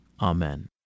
Amen